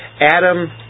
Adam